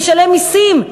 משלם מסים,